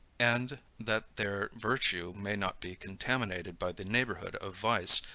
and, that their virtue may not be contaminated by the neighborhood of vice,